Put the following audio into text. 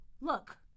look